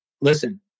listen